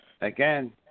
Again